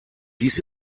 dies